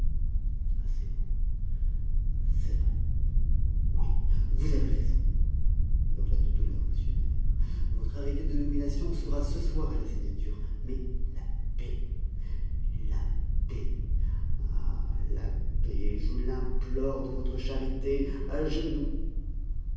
à ces mots c'est vrai oui vous avez raison hurla de douleur m nègre votre arrêté de nomination sera ce soir à la signature mais la paix la paix ah la paix je l'implore de votre charité à genoux